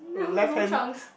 uh blue trunks